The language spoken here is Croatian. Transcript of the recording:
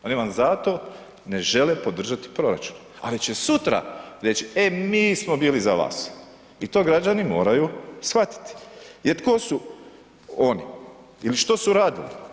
Oni vam zato ne žele podržati proračun, ali će sutra reći e mi smo bili za vas i to građani moraju shvatiti jer tko su oni ili što su radili?